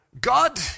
God